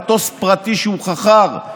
במטוס פרטי שהוא חכר,